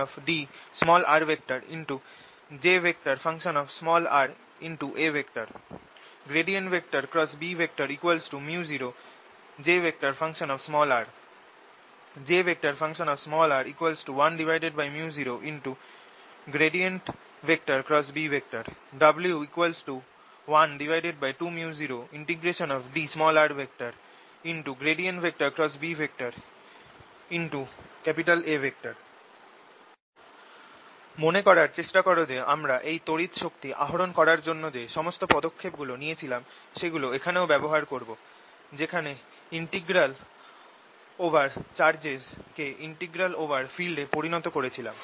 W 12drjA B µoj jr 1µo W 12µodr A মনে করার চেষ্টা কর যে আমরা এই তড়িৎ শক্তি আহরণ করার জন্য যে সমস্ত পদক্ষেপ গুলো নিয়েছিলাম সেগুলো এখানেও ব্যবহার করব যেখানে ইন্টেগ্রালস ওভার চার্জেস কে ইন্টেগ্রালস ওভার ফিল্ড এ পরিনত করছিলাম